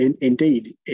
Indeed